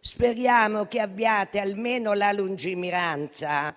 speriamo che abbiate almeno la lungimiranza